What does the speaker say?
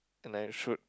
and I should